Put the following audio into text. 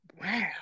wow